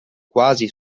quasi